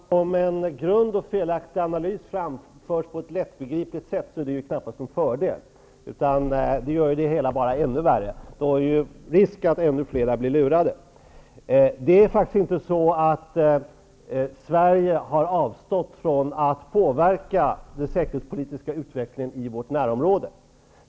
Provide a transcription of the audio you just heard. Fru talman! Om en grund och felaktig analys framförs på ett lättbegripligt sätt är det knappast någon fördel. Det gör ju det hela bara ännu värre. Då är ju risken att ännu fler blir lurade. Vi i Sverige har faktiskt inte avstått från att påverka den säkerhetspolitiska utvecklingen i vårt närområde.